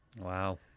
Wow